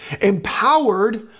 empowered